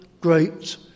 great